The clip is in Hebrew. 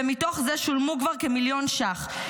ומתוך זה שולמו כבר כמיליון שקלים.